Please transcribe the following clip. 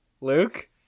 Luke